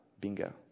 Bingo